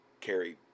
carry